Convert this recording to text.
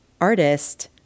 artist